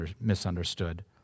misunderstood